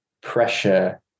pressure